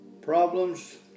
problems